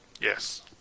Yes